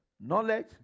knowledge